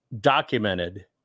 Documented